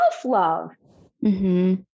self-love